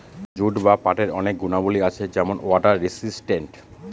jute বা পাটের অনেক গুণাবলী আছে যেমন ওয়াটার রেসিস্টেন্ট